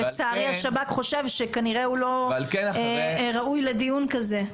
ולצערי השב"כ חושב שכנראה הוא לא ראוי לדיון כזה.